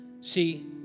See